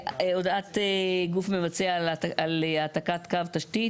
הודעת גוף מבצע על העתקת קו תשתית